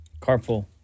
Carpool